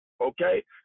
okay